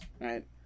right